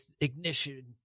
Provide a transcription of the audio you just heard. ignition